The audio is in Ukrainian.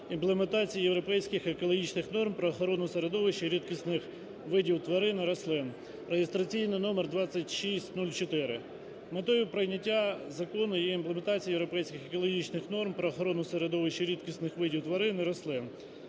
імплементації європейських екологічних норм про охорону середовища, рідкісних видів тварин і рослин (реєстраційний номер 2604). Метою прийняття закону є імплементація європейських екологічних норм про охорону середовища, рідкісних видів тварин і рослин,